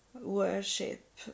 worship